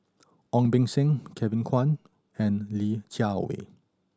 Ong Beng Seng Kevin Kwan and Li Jiawei